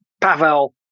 Pavel